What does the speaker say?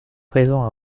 présents